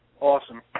Awesome